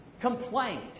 complaint